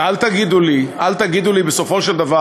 ואל תגידו לי בסופו של דבר,